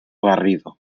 garrido